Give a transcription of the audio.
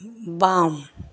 बाम